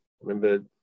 remember